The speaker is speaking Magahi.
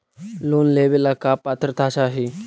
लोन लेवेला का पात्रता चाही?